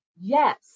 yes